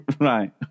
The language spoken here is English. Right